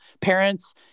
Parents